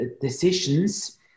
decisions